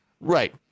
Right